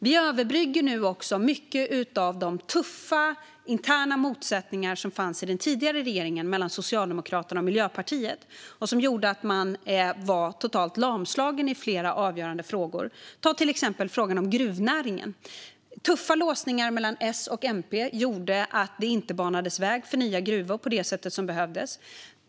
Vi överbryggar nu också mycket av de tuffa och interna motsättningar som fanns i den tidigare regeringen mellan Socialdemokraterna och Miljöpartiet och som gjorde att man var totalt lamslagen i flera avgörande frågor. Jag kan ta till exempel frågan om gruvnäringen. Tuffa låsningar mellan S och MP gjorde att det inte banades väg för nya gruvor på det sätt som behövdes.